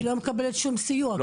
היא לא מקבלת שום סיוע,